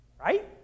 Right